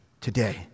today